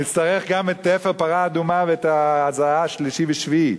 נצטרך גם את אפר פרה אדומה ואת ההזאה שלישי ושביעי.